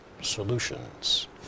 solutions